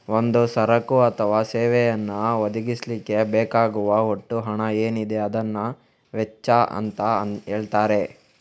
ಒಂದು ಸರಕು ಅಥವಾ ಸೇವೆಯನ್ನ ಒದಗಿಸ್ಲಿಕ್ಕೆ ಬೇಕಾಗುವ ಒಟ್ಟು ಹಣ ಏನಿದೆ ಅದನ್ನ ವೆಚ್ಚ ಅಂತ ಹೇಳ್ತಾರೆ